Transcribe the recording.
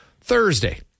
Thursday